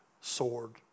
sword